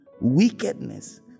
wickedness